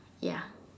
ya